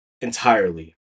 entirely